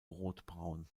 rotbraun